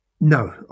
No